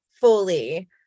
fully